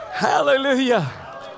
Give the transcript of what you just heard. Hallelujah